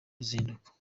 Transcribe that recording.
ruzinduko